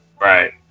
right